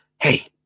Hey